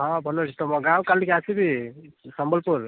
ହଁ ଭଲ ଅଛି ତମ ଗାଁକୁ କାଲିକି ଆସିବି ସମ୍ବଲପୁର